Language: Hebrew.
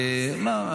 רק מיסים.